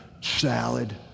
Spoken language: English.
Salad